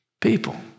People